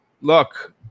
look